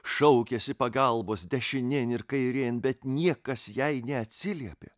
šaukėsi pagalbos dešinėn ir kairėn bet niekas jai neatsiliepė